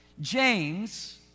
James